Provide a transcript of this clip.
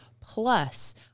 plus